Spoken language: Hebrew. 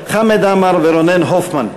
חמד עמאר ורונן הופמן,